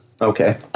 Okay